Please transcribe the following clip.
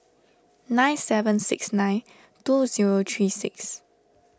nine seven six nine two zero three six